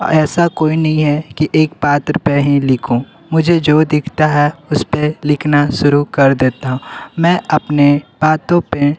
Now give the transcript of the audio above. ऐसा कोई नी है कि एक पात्र पर ही लिखूँ मुझे जो दिखता है उस पर लिखना शुरू कर देता हूँ मैं अपने बातों पर